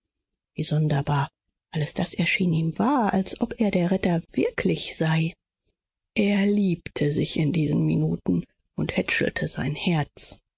wie sonderbar alles das erschien ihm wahr als ob er der retter wirklich sei er liebte sich in diesen minuten und hätschelte sein herz